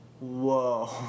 whoa